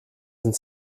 sind